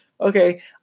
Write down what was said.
Okay